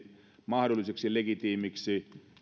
mahdolliseksi legitiimiksi